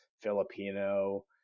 filipino